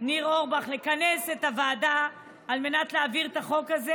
ניר אורבך לכנס את הוועדה על מנת להעביר את החוק הזה